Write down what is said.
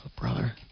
brother